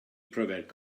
pryfed